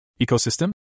Ecosystem